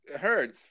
heard